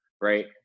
right